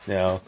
Now